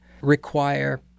require